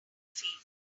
face